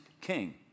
king